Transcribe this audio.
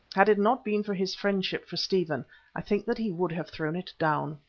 had it not been for his friendship for stephen i think that he would have thrown it down.